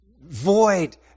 void